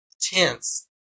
tense